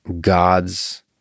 gods